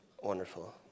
Wonderful